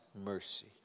mercy